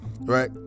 Right